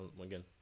again